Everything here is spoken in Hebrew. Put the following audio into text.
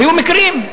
היו מקרים,